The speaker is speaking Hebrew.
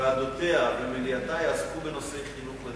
ועדותיה ומליאתה יעסקו בנושאי חינוך.